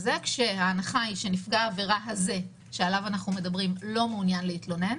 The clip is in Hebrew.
כשההנחה היא שנפגע העבירה הזה שעליו אנחנו מדברים לא מעוניין להתלונן.